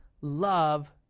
love